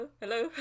hello